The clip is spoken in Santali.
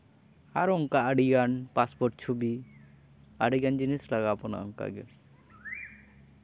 ᱟᱨᱚ ᱚᱱᱠᱟ ᱟᱹᱰᱤᱜᱟᱱ ᱯᱟᱥᱯᱳᱨᱴ ᱪᱷᱚᱵᱤ ᱟᱹᱰᱤᱜᱟᱱ ᱡᱤᱱᱤᱥ ᱞᱟᱜᱟᱣ ᱵᱚᱱᱟ ᱚᱱᱠᱟᱜᱮ